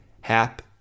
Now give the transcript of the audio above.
Hap